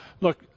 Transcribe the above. Look